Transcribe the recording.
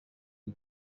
the